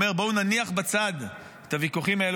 אומר: בואו נניח בצד את הוויכוחים האלה